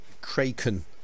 kraken